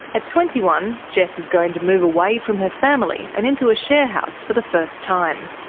at twenty one, jess is going to move away from her family and into a share house for the first time.